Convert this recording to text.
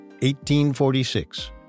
1846